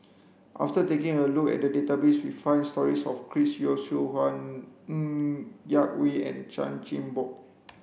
after taking a look at database we found stories about Chris Yeo Siew Hua Ng Yak Whee and Chan Chin Bock